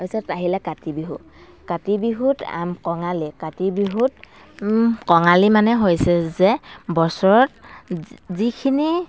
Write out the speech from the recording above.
তাৰপিছত আহিলে কাতি বিহু কাতি বিহুত কঙালী কাতি বিহুত কঙালী মানে হৈছে যে বছৰত যি যিখিনি